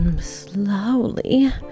Slowly